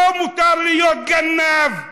לא מותר להיות גנב,